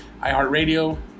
iHeartRadio